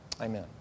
Amen